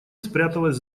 спряталась